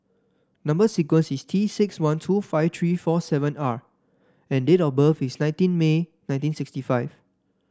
number sequence is T six one two five three four seven R and date of birth is nineteen May nineteen sixty five